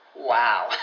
Wow